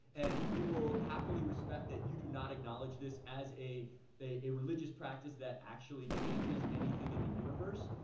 and we will happily respect that you do not acknowledge this as a a religious practice that actually changes anything in the universe,